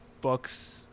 books